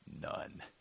None